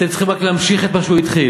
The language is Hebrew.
אתם צריכים רק להמשיך את מה שהוא התחיל.